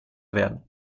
werden